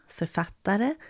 författare